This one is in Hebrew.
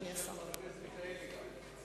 גם של חבר הכנסת מיכאלי.